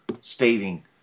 stating